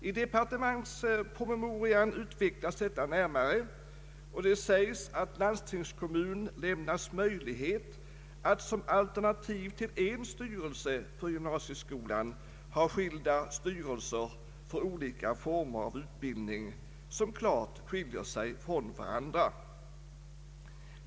I departementspromemorian utvecklas detta närmare, och det sägs att landstingskommun lämnas möjlighet att som alternativ till en styrelse för gymnasieskolan ha skilda styrelser för olika former av utbildning, som klart skiljer sig från varandra.